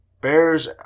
Bears